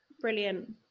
brilliant